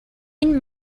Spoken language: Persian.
این